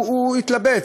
הוא התלבט.